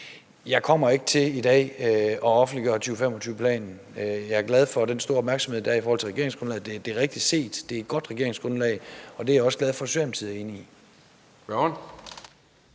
Jeg kommer ikke til i dag at offentliggøre 2025-planen. Jeg er glad for den store opmærksomhed, der er i forhold til regeringsgrundlaget. Det er rigtigt set. Det er et godt regeringsgrundlag, og det er jeg glad for at Socialdemokratiet er enig i.